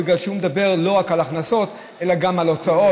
בגלל שהוא מדבר לא רק על הכנסות אלא גם על הוצאות,